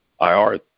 IR